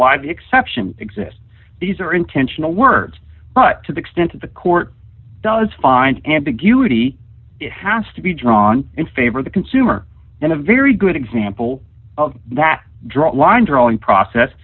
the exception exists these are intentional words but to the extent of the court does find ambiguity it has to be drawn in favor of the consumer and a very good example of that drop line drawing process